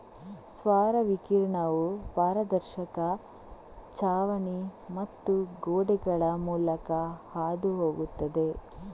ಸೌರ ವಿಕಿರಣವು ಪಾರದರ್ಶಕ ಛಾವಣಿ ಮತ್ತು ಗೋಡೆಗಳ ಮೂಲಕ ಹಾದು ಹೋಗುತ್ತದೆ